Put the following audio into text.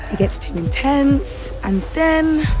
gets too intense. and then,